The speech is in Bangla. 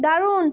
দারুণ